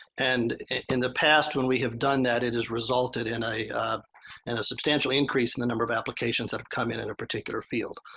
and in the past when we have done that, it has resulted in a and a substantial increase in the number of applications that have come in, in a particular field.